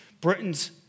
Britain's